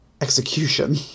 execution